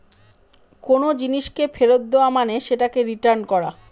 কোনো জিনিসকে ফেরত দেওয়া মানে সেটাকে রিটার্ন করা